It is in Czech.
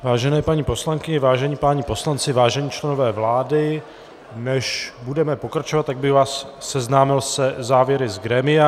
Vážené paní poslankyně, vážení páni poslanci, vážení členové vlády, než budeme pokračovat, tak bych vás seznámil se závěry z grémia.